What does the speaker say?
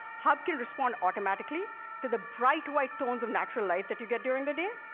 hub can respond automatically to the bright white tones of natural light that you get during the day,